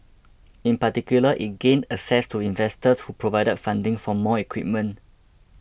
in particular it gained access to investors who provided funding for more equipment